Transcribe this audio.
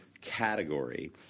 category